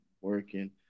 working